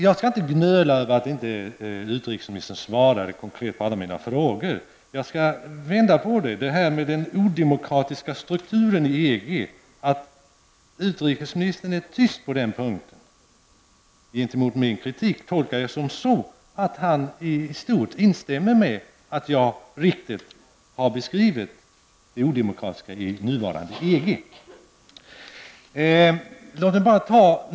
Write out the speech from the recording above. Jag skall inte gnöla över att utrikesministern inte svarade konkret på alla mina frågor. Men det förhållandet utrikesministern förbigick min kritik mot det här med odemokratiska strukturen i EG tolkar jag som att han i stort sett instämmer i min beskrivning av det odemokratiska förfaringssättet inom det nuvarande EG.